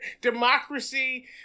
Democracy